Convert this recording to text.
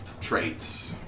traits